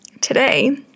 today